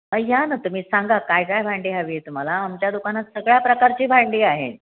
अ या ना तुम्ही सांगा काय काय भांडी हवी आहे तुम्हाला आमच्या दुकानात सगळ्या प्रकारची भांडी आहे